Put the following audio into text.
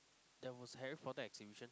there was Harry-Potter exhibition